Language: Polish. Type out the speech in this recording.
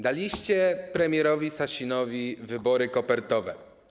Daliście premierowi Sasinowi wybory kopertowe.